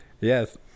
Yes